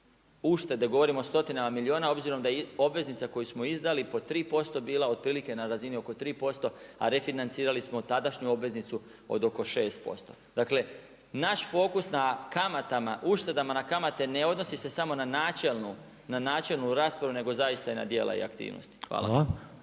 uštede, govorimo o stotinama milijuna obzirom da je obveznica koju smo izdali po 3% bila otprilike na razini oko 3% a refinancirali smo tadašnju obveznicu od oko 6%. Dakle naš fokus na kamatama, uštedama na kamate ne odnosi se samo na načelnu raspravu nego zaista i na djela i aktivnosti. Hvala.